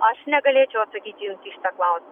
aš negalėčiau atsakyti jums į šitą klausimą